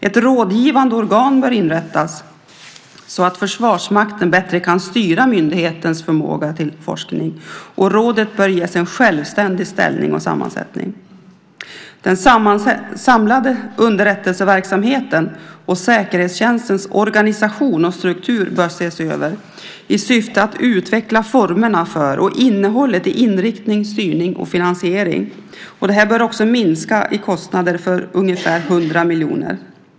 Ett rådgivande organ bör inrättas så att Försvarsmakten bättre kan styra myndighetens förmåga till forskning. Rådet bör ges en självständig ställning och sammansättning. Den samlade underrättelseverksamhetens och säkerhetstjänstens organisation och struktur bör ses över i syfte att utveckla formerna för och innehållet i inriktning, styrning och finansiering. Kostnaderna för detta bör också minska med ungefär 100 miljoner.